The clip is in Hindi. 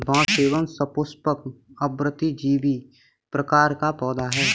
बांस एक सपुष्पक, आवृतबीजी प्रकार का पौधा है